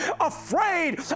afraid